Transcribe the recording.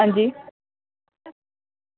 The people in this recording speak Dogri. अंजी